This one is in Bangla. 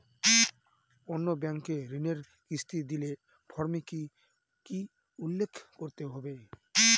অন্য ব্যাঙ্কে ঋণের কিস্তি দিলে ফর্মে কি কী উল্লেখ করতে হবে?